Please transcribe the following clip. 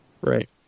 Right